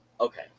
okay